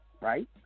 right